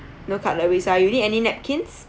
no cutleries ah you need any napkins